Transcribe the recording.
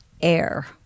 air